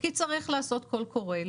כי צריך לעשות קול קורא.